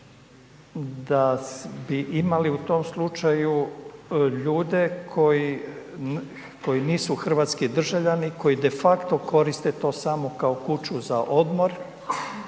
da bi imali u tom slučaju ljude koji nisu hrvatski državljani koji de facto koriste to samo kao kuću za odmor